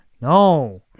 no